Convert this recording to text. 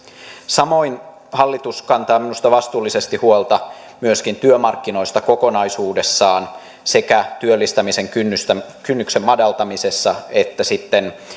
samoin hallitus kantaa minusta vastuullisesti huolta myöskin työmarkkinoista kokonaisuudessaan sekä työllistämisen kynnyksen madaltamisessa että sitten